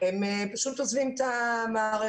הם פשוט עוזבים את המערכת.